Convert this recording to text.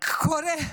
קורה,